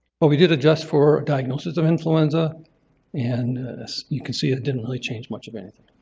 but we did adjust for diagnosis of influenza and you can see it didn't really change much of anything.